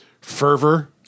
fervor